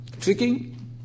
Tricking